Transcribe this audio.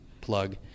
plug